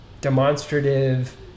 demonstrative